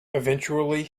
eventually